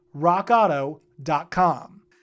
rockauto.com